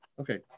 Okay